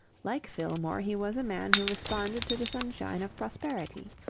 like fillmore, he was a man who responded to the sunshine of prosperity.